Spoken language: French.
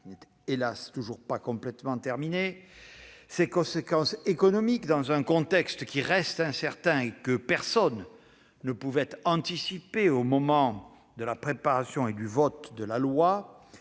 qui n'est, hélas ! pas complètement derrière nous -et ses conséquences économiques, dans un contexte qui reste incertain et que personne ne pouvait anticiper au moment de la préparation de la LPM,